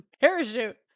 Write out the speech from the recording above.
parachute